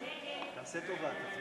הצעת סיעת העבודה להביע